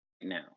now